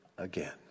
again